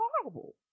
horrible